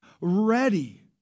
ready